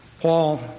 Paul